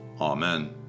Amen